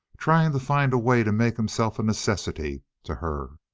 trying to find a way to make himself a necessity to her.